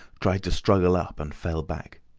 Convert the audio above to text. tried to struggle up and fell back.